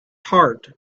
heart